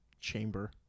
chamber